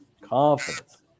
Confidence